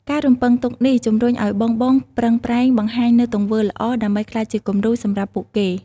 ការរំពឹងទុកនេះជំរុញឱ្យបងៗប្រឹងប្រែងបង្ហាញនូវទង្វើល្អ ដើម្បីក្លាយជាគំរូសម្រាប់ពួកគេ។